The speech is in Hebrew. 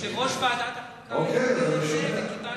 יושב-ראש ועדת החוקה הגדיר את זה, וקיבלתי,